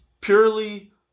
purely